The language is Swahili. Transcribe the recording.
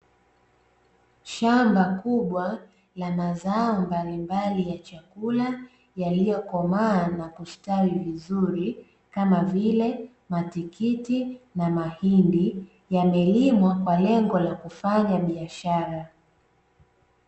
Shamba kubwa la mazao mbalimbali ya chakula, yaliyokomaa na kustawi vizuri, kama vile; matikiti na mahindi, yamelimwa kwa lengo la kufanya biashara.